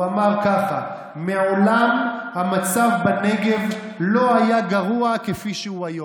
הוא אמר כך: מעולם המצב בנגב לא היה גרוע כפי שהוא היום.